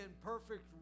perfect